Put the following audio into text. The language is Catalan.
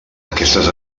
aquestes